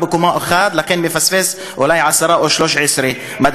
אתה בקומה 1 ולכן מפספס אולי 10 או 13 מדרגות,